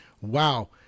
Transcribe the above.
Wow